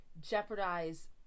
jeopardize